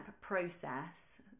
process